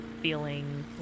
feeling